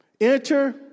Enter